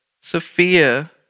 Sophia